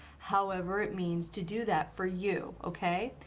however it means to do that for you, okay?